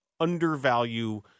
undervalue